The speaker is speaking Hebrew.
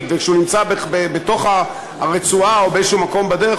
וכשהוא נמצא בתוך הרצועה או באיזה מקום בדרך,